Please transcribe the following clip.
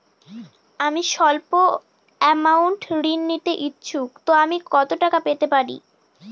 আমি সল্প আমৌন্ট ঋণ নিতে ইচ্ছুক তো আমি কত টাকা পেতে পারি?